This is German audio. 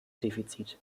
defizit